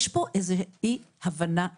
אני רוצה להגיד לכם משהו: יש פה איזה אי הבנה יסודית.